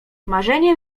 marzeniem